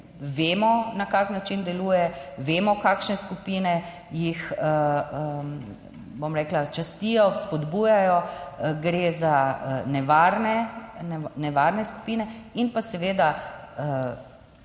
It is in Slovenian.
vemo na kakšen način deluje, vemo kakšne skupine jih bom rekla častijo, spodbujajo. Gre za nevarne, nevarne skupine in pa seveda takšne, ki